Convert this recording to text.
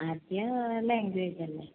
ആദ്യം ലാംഗ്വേജ് അല്ലേ